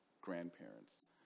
grandparents